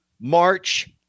March